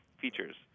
features